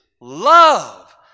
love